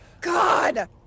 God